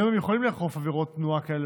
היום הם יכולים לאכוף עבירות תנועה כאלה